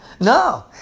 No